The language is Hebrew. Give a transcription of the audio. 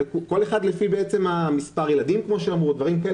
כל אחד לפי מספר הילדים ודברים כאלה,